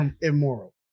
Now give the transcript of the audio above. immoral